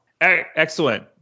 Excellent